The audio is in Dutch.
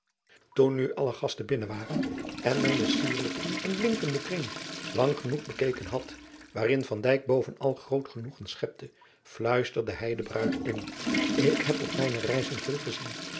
oen nu alle gasten binnen waren en men den sierlijken en blinkenden kring lang genoeg bekeken had waarin bovenal groot genoegen schepte fluisterde hij de ruid in k heb op mijne reizen veel gezien